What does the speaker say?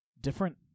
different